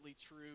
true